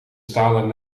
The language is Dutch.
stalen